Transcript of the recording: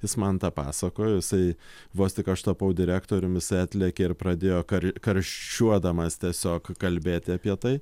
jis man tą pasakojo jisai vos tik aš tapau direktorium jisai atlėkė ir pradėjo karščiuodamas tiesiog kalbėti apie tai